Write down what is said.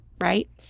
right